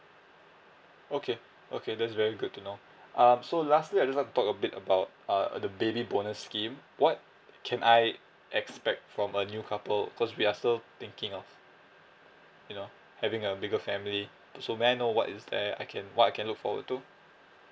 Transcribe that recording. okay okay that's very good to know um so lastly I just want to talk a bit about uh the baby bonus scheme what can I expect from a new couple cause we are so thinking of you know having a bigger family so may I know what is there I can what I can look forward to